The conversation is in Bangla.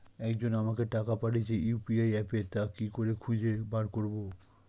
একজন আমাকে টাকা পাঠিয়েছে ইউ.পি.আই অ্যাপে তা কি করে খুঁজে বার করব?